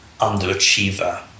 underachiever